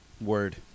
Word